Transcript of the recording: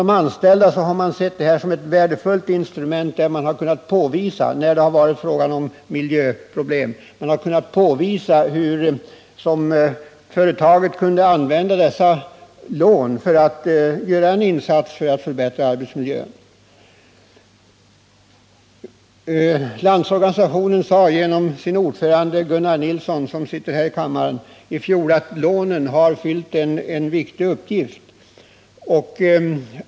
De anställda har betraktat detta som ett värdefullt instrument, och man har kunnat påvisa hur företaget haft möjlighet att använda dessa lån för att förbättra arbetsmiljön. Landsorganisationen sade i fjol genom sin ordförande Gunnar Nilsson, som sitter här i kammaren, att lånen har fyllt en viktig uppgift.